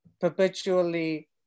perpetually